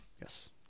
Yes